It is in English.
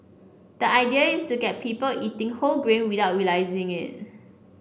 the idea is to get people eating whole grain without realising it